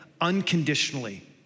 unconditionally